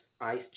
ice